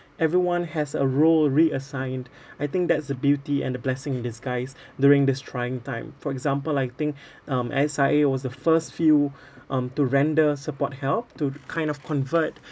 everyone has a role reassigned I think that's a beauty and a blessing in disguise during this trying time for example I think um S_I_A was the first few um to render support help to kind of convert